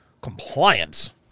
compliance